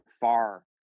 far